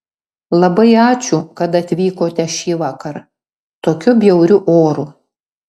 labai ačiū kad atvykote šįvakar tokiu bjauriu oru